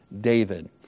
David